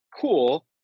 Cool